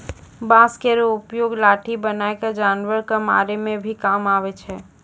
बांस केरो उपयोग लाठी बनाय क जानवर कॅ मारै के भी काम आवै छै